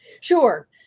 Sure